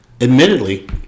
admittedly